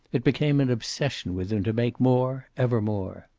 it became an obsession with him to make more, ever more.